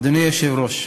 אדוני היושב-ראש,